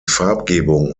farbgebung